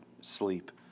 sleep